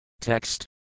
Text